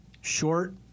short